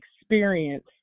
experience